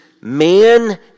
man